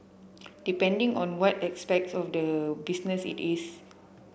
depending on what aspect of the business it is